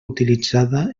utilitzada